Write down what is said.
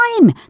time